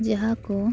ᱡᱟᱦᱟᱸ ᱠᱚ